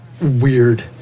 weird